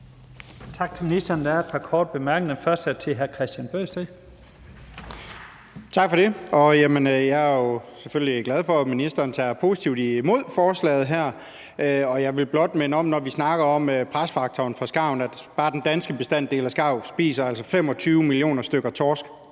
Tak for det. Jeg er selvfølgelig glad for, at ministeren tager positivt imod forslaget her, og jeg vil blot minde om, at når vi snakker om presfaktoren for skarven, så spiser bare den danske